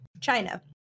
China